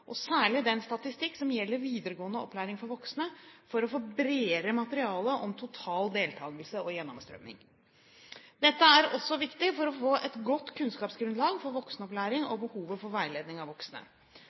og særlig den statistikk som gjelder videregående opplæring for voksne, for å få bredere materiale om total deltakelse og gjennomstrømning. Dette er også viktig for å få et godt kunnskapsgrunnlag for voksenopplæring